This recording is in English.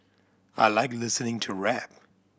I like listening to rap